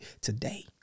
today